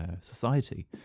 society